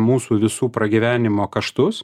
mūsų visų pragyvenimo kaštus